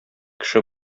кеше